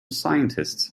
scientists